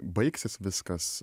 baigsis viskas